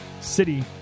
city